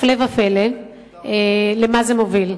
הפלא ופלא למה זה מוביל.